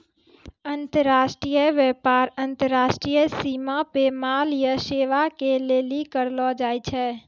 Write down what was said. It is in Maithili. अन्तर्राष्ट्रिय व्यापार अन्तर्राष्ट्रिय सीमा पे माल या सेबा के लेली करलो जाय छै